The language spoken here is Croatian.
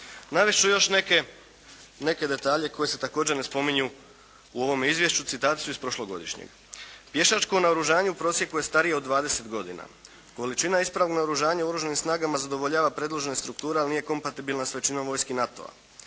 još neke, neke detalje koji se također ne spominju u ovome izvješću, citati su iz prošlogodišnjeg: " Pješačko naoružanje u prosijeku je starije od 20 godina, količina ispravnog naoružanja u oružanim snagama zadovoljava predložene strukture ali ne kompatibilna sa većinom vojski NATO-a.